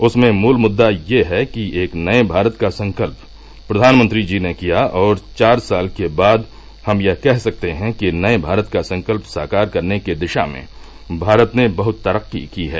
उसमें मूल मुद्दा ये है कि एक नये भारत का संकल्प प्रधानमंत्री जी ने किया और चार साल के बाद हम यह कह सकते है कि नये भारत का संकल्प साकार करने की दिशा में भारत ने बहुत तरक्की की है